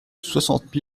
soixante